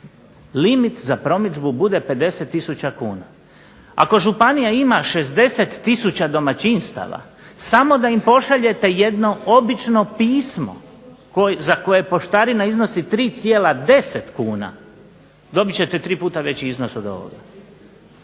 limit za promidžbu bude 50 tisuća kuna. Ako županija ima 60 tisuća domaćinstava, samo da im pošaljete jedno obično pismo, za koje poštarina iznosi 3,10 kuna, dobit ćete tri puta veći iznos od ovoga,